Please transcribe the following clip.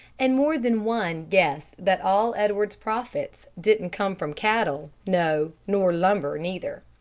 and more than one guessed that all edwards's profits didn't come from cattle, no, nor lumber, neither.